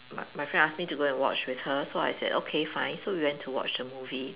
m~ my friend ask me to go and watch with her so I said okay fine so we went to watch the movie